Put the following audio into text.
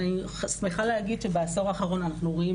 אני שמחה להגיד שבעשור האחרון אנחנו רואים